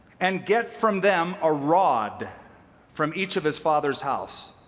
and get from them a rod from each of his father's house,